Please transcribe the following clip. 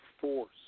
force